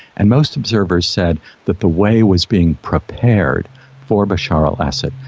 and most observers said that the way was being prepared for bashar al-assad,